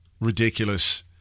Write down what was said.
ridiculous